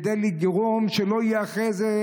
כדי לגרום שלא יהיו אחרי זה,